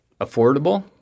affordable